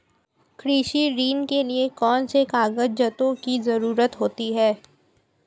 कृषि ऋण के लिऐ कौन से कागजातों की जरूरत होती है?